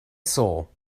soul